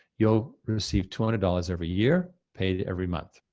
you'll receive two hundred dollars every year, paid every month.